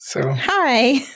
Hi